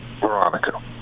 Veronica